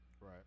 Right